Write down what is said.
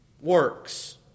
Works